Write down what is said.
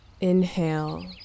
inhale